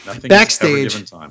Backstage